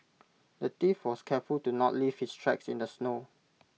the thief was careful to not leave his tracks in the snow